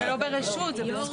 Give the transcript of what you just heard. אבל זה לא ברשות, זה בזכות.